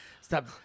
Stop